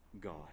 god